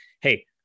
hey